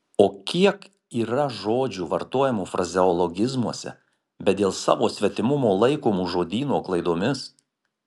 o kiek yra žodžių vartojamų frazeologizmuose bet dėl savo svetimumo laikomų žodyno klaidomis